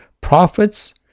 prophets